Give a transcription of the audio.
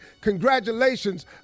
Congratulations